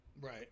Right